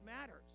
matters